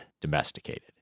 domesticated